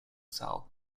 cell